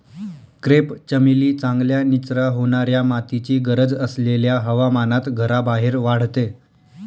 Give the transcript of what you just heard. crepe चमेली चांगल्या निचरा होणाऱ्या मातीची गरज असलेल्या हवामानात घराबाहेर वाढते